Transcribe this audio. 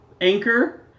anchor